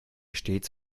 stets